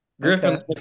Griffin